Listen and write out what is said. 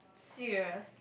serious